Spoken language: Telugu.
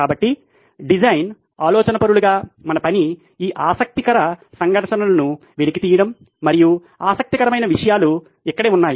కాబట్టి డిజైన్ ఆలోచనాపరులుగా మన పని ఈ ఆసక్తి సంఘర్షణలను వెలికి తీయడం మరియు ఆసక్తికరమైన విషయాలు ఇక్కడే ఉన్నాయి